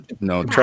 no